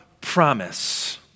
promise